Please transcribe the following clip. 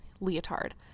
leotard